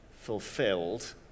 fulfilled